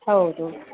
ಹೌದು